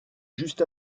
juste